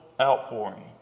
outpouring